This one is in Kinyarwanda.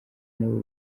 nabo